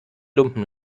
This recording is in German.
lumpen